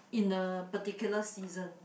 in a particular season